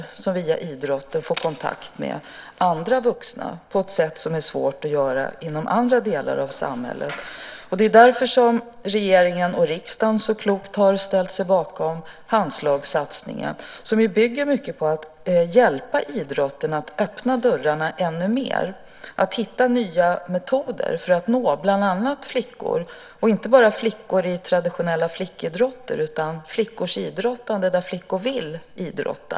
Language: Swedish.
De får via idrotten kontakt med andra vuxna på ett sätt som är svårt inom andra delar av samhället. Det är därför regeringen och riksdagen så klokt har ställt sig bakom Handslagssatsningen, som ju bygger mycket på att hjälpa idrotten att öppna dörrarna ännu mer och att hitta nya metoder för att nå bland annat flickor. Det gäller då inte bara flickor i traditionella flickidrotter utan flickors idrottande där flickor vill idrotta.